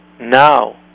now